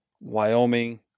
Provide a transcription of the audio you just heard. Wyoming